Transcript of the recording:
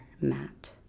Matt